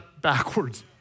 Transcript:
backwards